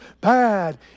bad